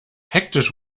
hektisch